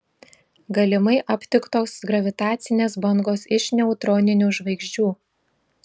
galimai aptiktos gravitacinės bangos iš neutroninių žvaigždžių